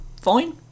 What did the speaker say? fine